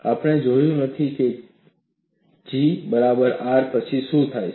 આપણે જોયું નથી G બરાબર R પછી શું થાય છે